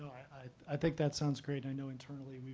i i think that sounds great. i know, internally,